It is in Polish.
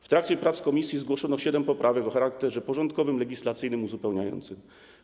W trakcie prac komisji zgłoszono siedem poprawek o charakterze porządkowym, legislacyjnym i uzupełniającym.